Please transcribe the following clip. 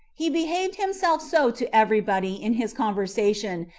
he behaved himself so to every body in his conversation,